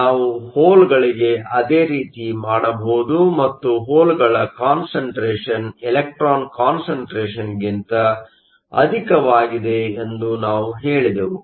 ನಾವು ಹೋಲ್ಗಳಿಗೆ ಅದೇ ರೀತಿ ಮಾಡಬಹುದು ಮತ್ತು ಹೋಲ್ಗಳ ಕಾನ್ಸಂಟ್ರೇಷನ್Concentration ಇಲೆಕ್ಟ್ರಾನ್ ಕಾನ್ಸಂಟ್ರೇಷನ್Concentrationಗಿಂತ ಅಧಿಕವಾಗಿದೆ ಎಂದು ನಾವು ಹೇಳಿದೆವು